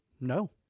No